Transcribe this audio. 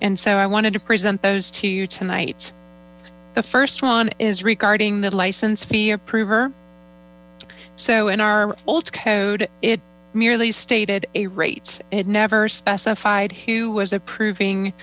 and so i wanted to present those to you tonight the first one is regarding the license fee approved so in our old code it merely stated a rates it never specified who was approving